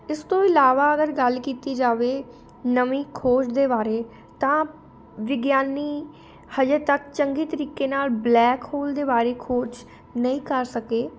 ਇਸ ਤੋਂ ਇਲਾਵਾ ਅਗਰ ਗੱਲ ਕੀਤੀ ਜਾਵੇ ਨਵੀਂ ਖੋਜ ਦੇ ਬਾਰੇ ਤਾਂ ਵਿਗਿਆਨੀ ਹਜੇ ਤੱਕ ਚੰਗੇ ਤਰੀਕੇ ਨਾਲ ਬਲੈਕ ਹੋਲ ਦੇ ਬਾਰੇ ਖੋਜ ਨਹੀਂ ਕਰ ਸਕੇ